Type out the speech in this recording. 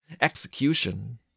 execution